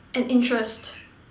and interest